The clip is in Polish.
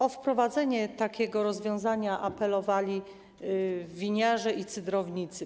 O wprowadzenie takiego rozwiązania apelowali winiarze i cydrownicy.